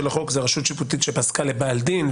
חוק זה "רשות שיפוטית שפסקה לבעל דין",